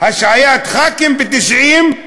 השעיית חברי כנסת,